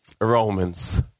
Romans